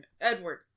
Edward